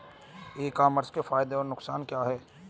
ई commerce के फायदे एवं नुकसान क्या हैं?